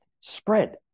spread